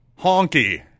Honky